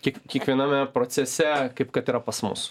kiek kiekviename procese kaip kad yra pas mus